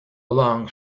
along